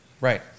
Right